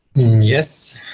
yes.